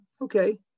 Okay